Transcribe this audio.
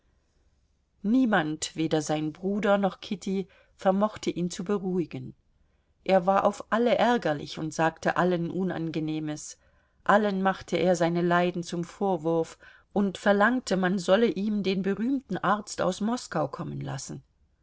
niemand weder sein bruder noch kitty vermochte ihn zu beruhigen er war auf alle ärgerlich und sagte allen unangenehmes allen machte er seine leiden zum vorwurf und verlangte man solle ihm den berühmten arzt aus moskau kommen lassen